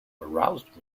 aroused